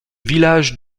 villages